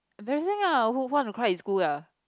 embarrassing lah who want to cry in school ah